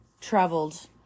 traveled